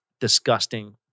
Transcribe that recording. disgusting